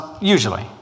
usually